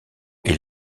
est